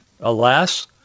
Alas